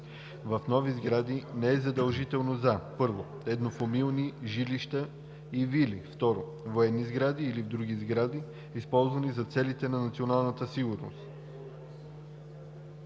в нови сгради не е задължително за: 1. еднофамилни жилища и вили; 2. военни сгради или в други сгради, използвани за целите на националната сигурност.“